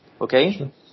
Okay